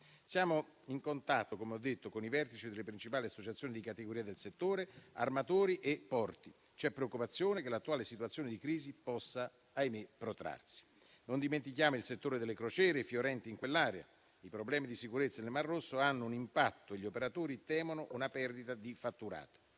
Siamo in contatto, come ho detto, con i vertici delle principali associazioni di categoria del settore, armatori e porti. C'è preoccupazione che l'attuale situazione di crisi possa, ahimè, protrarsi. Non dimentichiamo il settore delle crociere fiorenti in quell'area. I problemi di sicurezza nel mar Rosso hanno un impatto e gli operatori temono una perdita di fatturato.